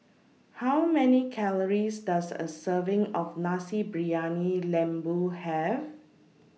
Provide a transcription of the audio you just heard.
How Many Calories Does A Serving of Nasi Briyani Lembu Have